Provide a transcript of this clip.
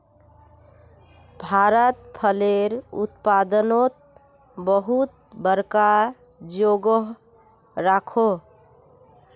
भारत फलेर उत्पादनोत बहुत बड़का जोगोह राखोह